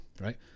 right